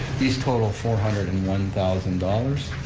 these total four hundred and one thousand dollars.